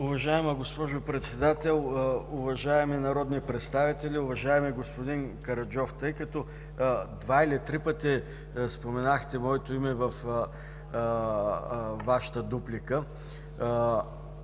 Уважаема госпожо Председател, уважаеми народни представители! Уважаеми господин Караджов, тъй като два или три пъти споменахте моето име във Вашата дуплика,